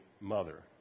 mother